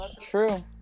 True